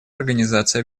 организации